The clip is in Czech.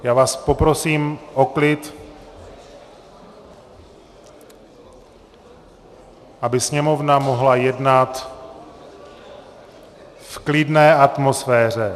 Já vás poprosím o klid, aby Sněmovna mohla jednat v klidné atmosféře!